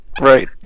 Right